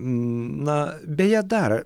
na beje dar